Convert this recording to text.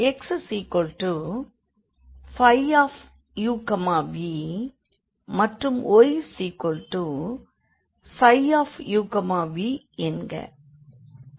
xuv மற்றும் yψuvஎன்க